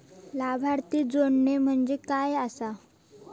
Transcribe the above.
लाभार्थी जोडणे म्हणजे काय आसा?